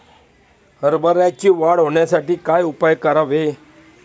हरभऱ्याची वाढ होण्यासाठी काय उपाय करावे?